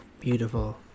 beautiful